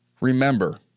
remember